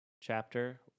chapter